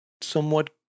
somewhat